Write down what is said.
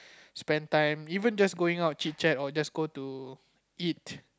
spend time even just going out chit-chat or just go to eat